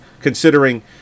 considering